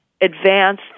advanced